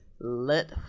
let